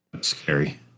Scary